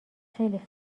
خیلی